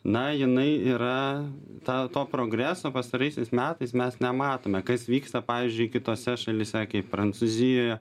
na jinai yra ta to progreso pastaraisiais metais mes nematome kas vyksta pavyzdžiui kitose šalyse kaip prancūzijoje